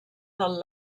del